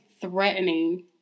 threatening